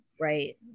Right